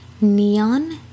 neon